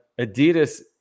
Adidas